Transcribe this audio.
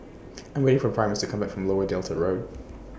I'm waiting For Primus to Come Back from Lower Delta Road